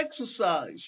exercise